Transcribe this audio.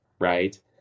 right